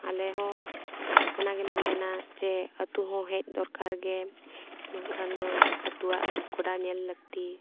ᱟᱞᱮ ᱦᱚᱸ ᱚᱱᱟ ᱜᱮᱞᱮ ᱢᱮᱱᱟ ᱡᱮ ᱟᱛᱳ ᱦᱚᱸ ᱦᱮᱡ ᱫᱚᱨᱠᱟᱨ ᱜᱮ ᱵᱟᱝᱠᱷᱟᱱ ᱫᱚ ᱟᱛᱳᱣᱟᱜ ᱜᱚᱰᱟ ᱧᱮᱞ ᱞᱟᱹᱠᱛᱤ